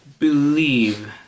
believe